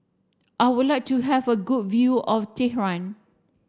I would like to have a good view of Tehran